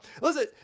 listen